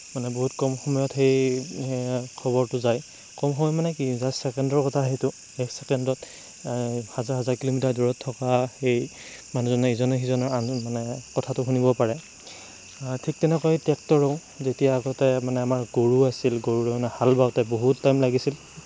মানে বহুত কম সময়ত সেই খবৰটো যায় কম সময় মানে কি জাষ্ট ছেকেণ্ডৰ কথা সেইটো এক ছেকেণ্ডত হাজাৰ হাজাৰ কিলোমিটাৰ দূৰত থকা সেই মানুহজনে ইজনে সিজনৰ আনজনৰ মানে কথাটো শুনিব পাৰে ঠিক তেনেকৈ ট্ৰেক্টৰো যেতিয়া আগতে আমাৰ গৰু আছিল গৰুৰে মানে হাল বাওঁতে বহুত টাইম লাগিছিল